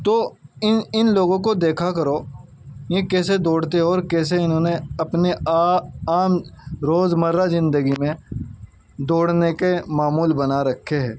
تو ان ان لوگوں کو دیکھا کرو یہ کیسے دوڑتے اور کیسے انہوں نے اپنے عام روز مرہ زندگی میں دوڑنے کے معمول بنا رکھے ہے